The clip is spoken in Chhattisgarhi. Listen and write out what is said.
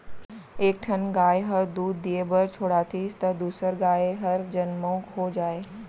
एक ठन गाय ह दूद दिये बर छोड़ातिस त दूसर गाय हर जनमउ हो जाए